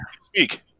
speak